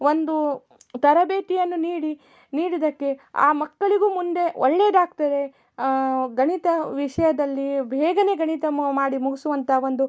ಒಂದು ತರಬೇತಿಯನ್ನು ನೀಡಿ ನೀಡಿದ್ದಕ್ಕೆ ಆ ಮಕ್ಕಳಿಗೂ ಮುಂದೆ ಒಳ್ಳೆಯದಾಗ್ತದೆ ಗಣಿತ ವಿಷಯದಲ್ಲಿ ಬೇಗನೆ ಗಣಿತ ಮಾಡಿ ಮುಗಿಸುವಂಥ ಒಂದು